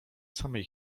samej